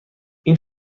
این